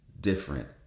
different